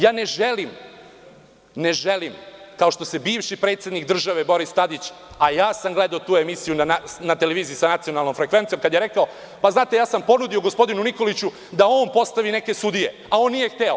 Ja ne želim, kao što se bivši predsednik države Boris Tadić, a ja sam gledao tu emisiju na televiziji sa nacionalnom frekvencijom, kada je rekao – pa, znate, ja sam ponudio gospodinu Nikoliću da on postavi neke sudije a on nije hteo.